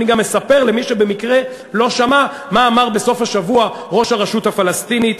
אני גם מספר למי שבמקרה לא שמע מה אמר בסוף השבוע ראש הרשות הפלסטינית.